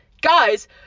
guys